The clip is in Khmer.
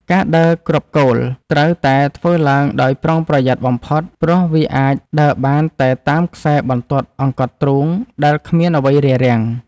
ការដើរគ្រាប់គោល ត្រូវតែធ្វើឡើងដោយប្រុងប្រយ័ត្នបំផុតព្រោះវាអាចដើរបានតែតាមខ្សែបន្ទាត់អង្កត់ទ្រូងដែលគ្មានអ្វីរារាំង។